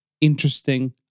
interesting